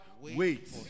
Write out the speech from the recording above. Wait